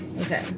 Okay